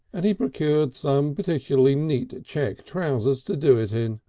and he procured some particularly neat check trousers to do it in.